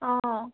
অঁ